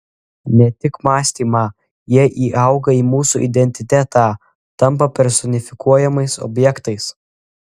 ne tik mąstymą jie įauga į mūsų identitetą tampa personifikuojamais objektais